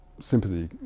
Sympathy